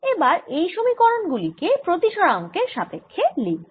এবার এই সমীকরণ গুলি কে প্রতিসরাঙ্কের সাপেক্ষ্যে লিখব